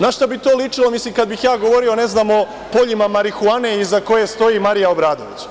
Na šta bi to ličilo kada bih ja govorio, ne znam, o poljima marihuane iza koje stoji Marija Obradović?